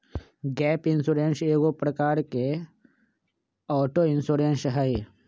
gap insurance एगो प्रकार के ऑटो इंश्योरेंस हइ